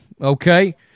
okay